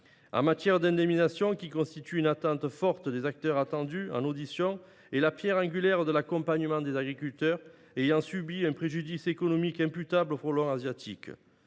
En matière d’indemnisation, attente forte des acteurs entendus en audition et pierre angulaire de l’accompagnement des agriculteurs ayant subi un préjudice économique imputable au frelon asiatique,